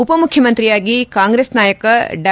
ಉಪಮುಖ್ಯಮಂತ್ರಿಯಾಗಿ ಕಾಂಗ್ರೆಸ್ ನಾಯಕ ಡಾ